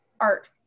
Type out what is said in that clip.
art